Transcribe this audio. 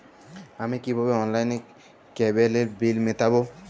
আমি কিভাবে অনলাইনে কেবলের বিল মেটাবো?